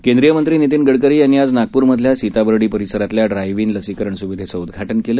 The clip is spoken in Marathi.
केंद्रीय मंत्री नितीन गडकरी यांनी आज नागपूर मधल्या सीताबर्डी परीसरातल्या ड्राईव्ह इन लसीकरण स्विधेचं उद्घाटन केलं